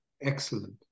excellent